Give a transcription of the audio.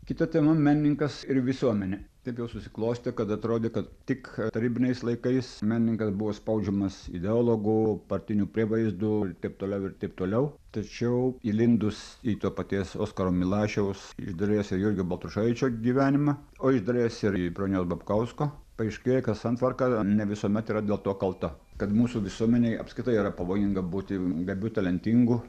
kita tema menininkas ir visuomenė taip jau susiklostė kad atrodė kad tik tarybiniais laikais menininkas buvo spaudžiamas ideologų partinių prievaizdų taip toliau ir taip toliau tačiau įlindus į to paties oskaro milašiaus iš dalies ir jurgio baltrušaičio gyvenimą o iš dalies ir į broniaus babkausko paaiškėjo kad santvarka ne visuomet yra dėl to kalta kad mūsų visuomenėj apskritai yra pavojinga būti gabiu talentingu